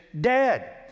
dead